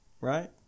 right